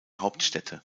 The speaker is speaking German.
hauptstädte